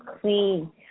clean